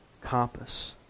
compass